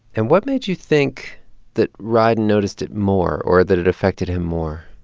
and what made you think that rieden noticed it more or that it affected him more?